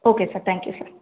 okay sir thank you sir